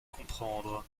comprendre